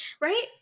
Right